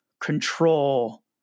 control